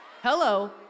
Hello